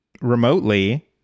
remotely